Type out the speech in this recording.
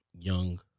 young